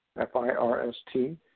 F-I-R-S-T